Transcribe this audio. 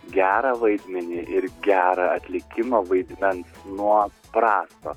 gerą vaidmenį ir gerą atlikimą vaidmens nuo prasto